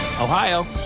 Ohio